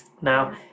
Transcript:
now